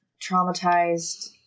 traumatized